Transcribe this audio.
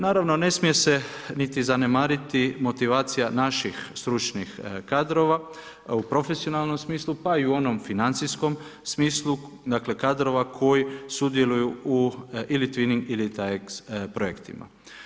Naravno, ne smije se niti zanemariti motivacija naših stručnih kadrova u profesionalnom smislu, pa i u onom financijskom smislu, dakle, kadrova koji sudjeluju u ili twining ili tajeks projektu.